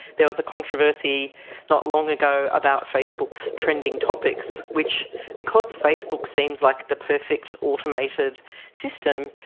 there was a controversy not long ago about facebook's trending topics, which because facebook seems like the perfect automated system,